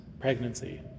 pregnancy